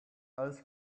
ice